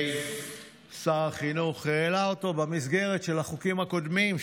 שר החינוך העלה אותו במסגרת של החוקים הקודמים,